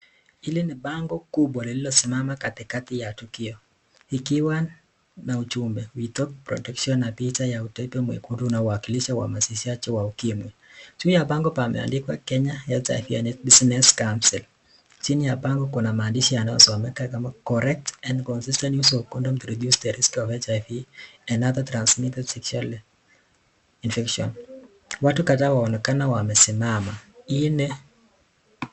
Hili ni bango kubwa lililosimama katikati ya tukio. Ikiwa na uchumbe HIV Protection na picha ya utepe mwekundu unaowakilisha wahamasishaji wa ukimwi. Juu ya bango pameandikwa Kenya Health Business Council . Chini ya bango kuna maandishi yanayosomeka kama Correct and consistent use of condom reduces the risk of HIV and other transmitted sexually infection . Watu kadhaa wanaonekana wamesimama. Hii ni.